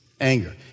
Anger